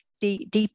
deep